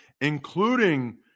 including